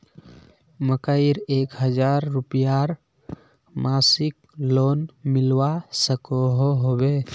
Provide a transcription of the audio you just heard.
मकईर एक हजार रूपयार मासिक लोन मिलवा सकोहो होबे?